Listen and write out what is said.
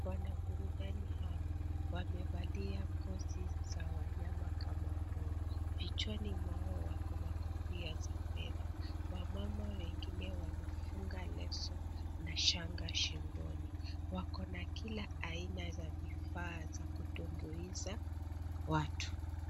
Wanaburudani hao wamevalia ngozi za wanyama kama nguo, vichwani mwao wako na kofia za fedha. Wamama wengine wamefunga lesso na shanga shingoni, wako na kila aina za vifaa za kutumbuiza watu.